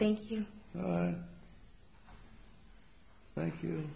thank you thank you